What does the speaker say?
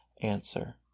Answer